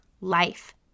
life